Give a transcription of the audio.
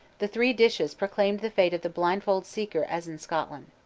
the three dishes proclaimed the fate of the blindfolded seeker as in scotland.